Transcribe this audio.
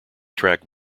track